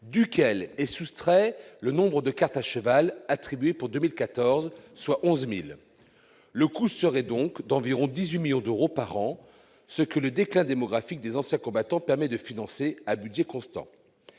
duquel est soustrait le nombre de cartes « à cheval » attribuées depuis 2014- 11 000. Le coût serait donc d'environ 18 millions d'euros par an, ce que le déclin démographique des anciens combattants permet de financer à budget constant.